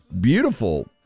beautiful